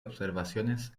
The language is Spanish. observaciones